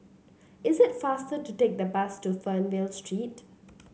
it's faster to take the bus to Fernvale Street